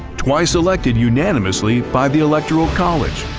twice elected unanimously by the electoral college.